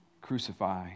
crucify